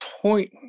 point